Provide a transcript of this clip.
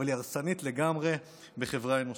אבל היא הרסנית לגמרי בחברה האנושית.